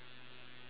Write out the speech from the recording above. hello